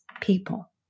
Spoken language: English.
people